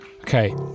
okay